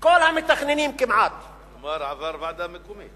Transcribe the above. וכל המתכננים כמעט, כבר עבר ועדה מקומית.